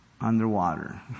underwater